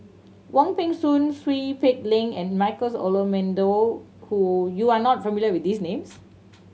Wong Peng Soon Seow Peck Leng and Michael's Olcomendy who you are not familiar with these names